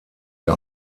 der